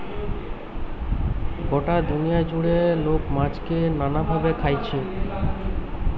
গটা দুনিয়া জুড়ে লোক মাছকে নানা ভাবে খাইছে